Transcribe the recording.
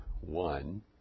one